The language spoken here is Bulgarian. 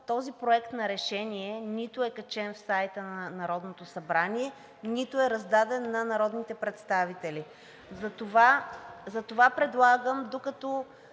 този проект на решение нито е качен в сайта на Народното събрание, нито е раздаден на народните представители. Затова предлагам, докато